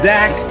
Zach